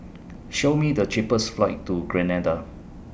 Show Me The cheapest flights to Grenada